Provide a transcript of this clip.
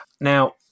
Now